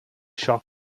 siop